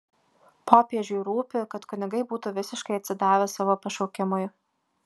popiežiui rūpi kad kunigai būtų visiškai atsidavę savo pašaukimui